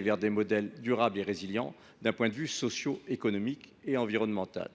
vers des modèles durables et résilients d’un point de vue socioéconomique et environnemental.